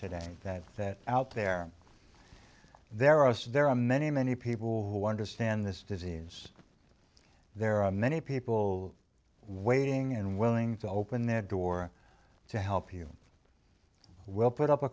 today that that out there there are there are many many people who understand this disease there are many people waiting and willing to open their door to help you i will put up a